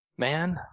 Man